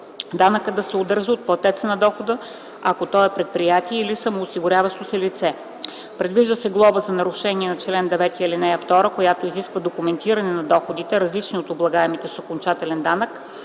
данъка да се удържа от платеца на дохода, ако той е предприятие или самоосигуряващо се лице; - предвижда се глоба за нарушение на чл. 9, ал. 2, която изисква документиране на доходите (различни от облагаемите с окончателен данък)